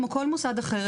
כמו כל מוסד אחר,